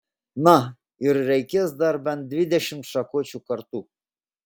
na ir reikės dar bent dvidešimt šakočių kartu